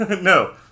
no